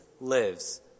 lives